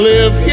Live